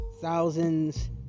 thousands